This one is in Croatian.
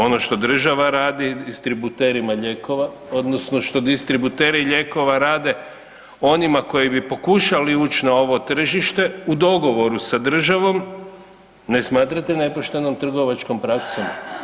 Ono što država radi distributerima lijekova odnosno što distributeri lijekova rade onima koji bi pokušali ući na ovo tržište u dogovoru sa državom ne smatrate nepoštenom trgovačkom praksom?